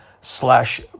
slash